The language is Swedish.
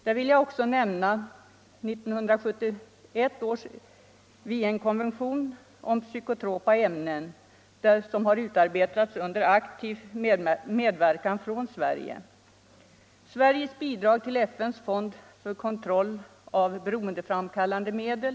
Jag vill också nämna 1971 års Wienkonvention om psykotropa ämnen, som har utarbetats under aktiv medverkan från Sverige. Sverige har också bidragit till FN:s fond för kontroll av beroendeframkallande medel.